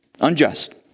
unjust